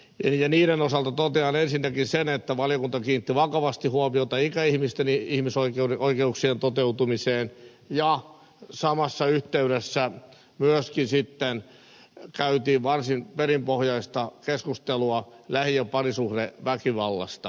niiden osalta totean ensinnäkin sen että valiokunta kiinnitti vakavasti huomiota ikäihmisten ihmisoikeuksien toteutumiseen ja samassa yhteydessä käytiin myöskin varsin perinpohjaista keskustelua lähi ja parisuhdeväkivallasta